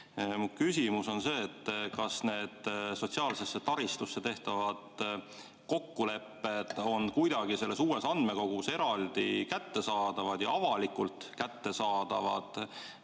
küsimus on see, kas need sotsiaalse taristu kohta tehtavad kokkulepped on kuidagi selles uues andmekogus eraldi kättesaadavad ja avalikult kättesaadavad,